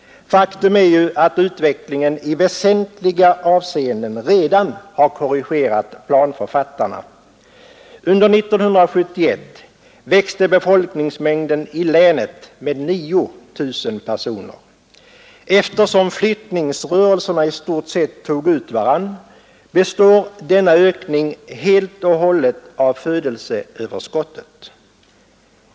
Faktum är ju att utvecklingen i väsentliga avseenden redan har korrigerat planförfattarna. Under år 1971 växte befolkningsmängden i länet med 9 000 personer. Eftersom flyttningsrörelserna i stort sett tog ut varandra, består denna ökning helt och hållet av födelseöverskottet.